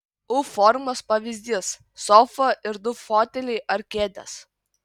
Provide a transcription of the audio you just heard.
u formos pavyzdys sofa ir du foteliai ar kėdės